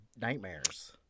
nightmares